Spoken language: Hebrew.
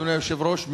אדוני היושב-ראש,